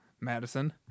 Madison